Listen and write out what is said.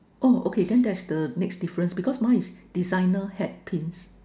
oh okay then that is the next difference because mine is designer hat pins